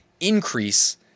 increase